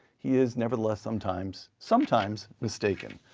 he is nevertheless sometimes, sometimes mistaken.